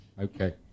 okay